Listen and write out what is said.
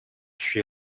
sri